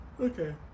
Okay